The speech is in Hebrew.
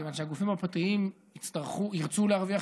כיוון שהגופים הפרטיים יצטרכו להרוויח